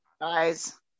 Guys